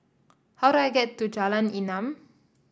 how do I get to Jalan Enam